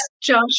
Josh